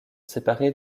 séparée